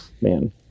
man